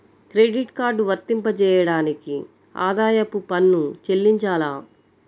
Credit card వర్తింపజేయడానికి ఆదాయపు పన్ను చెల్లించాలా?